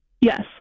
Yes